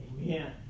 Amen